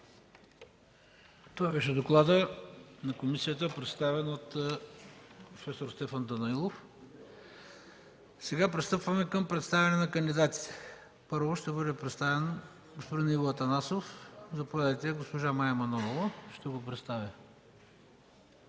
Това беше докладът на комисията, представен от проф. Стефан Данаилов. Сега пристъпваме към представяне на кандидатите. Първо ще бъде представен господин Иво Атанасов. Госпожа Мая Манолова ще го представи.